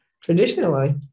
Traditionally